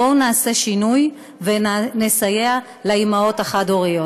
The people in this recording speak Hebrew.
בואו נעשה שינוי ונסייע לאימהות החד-הוריות.